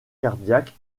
cardiaque